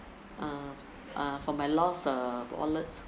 uh uh for my lost uh wallets